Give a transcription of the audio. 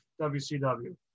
WCW